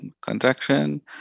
contraction